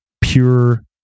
pure